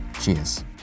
Cheers